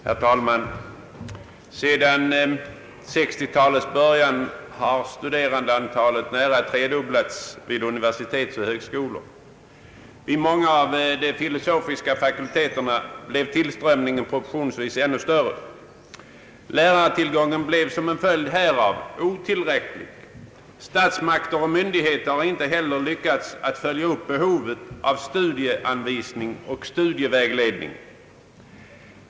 Herr talman! Sedan 1960-talets början har studerandeantalet nära tredubblats vid universitet och högskolor. Vid många av de filosofiska fakulteterna blev tillströmningen proportionsvis ännu större. Lärartillgången blev som en följd härav otillräcklig. Stats makter och myndigheter har inte heller lyckats följa upp behovet av studieanvisning och studievägledning.